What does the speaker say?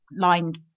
lined